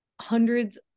hundreds